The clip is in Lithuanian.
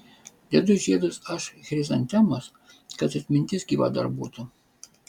dedu žiedus aš chrizantemos kad atmintis gyva dar būtų